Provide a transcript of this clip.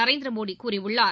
நரேந்திரமோடி கூறியுள்ளார்